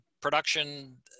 production